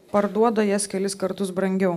parduoda jas kelis kartus brangiau